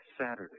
Saturday